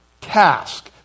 task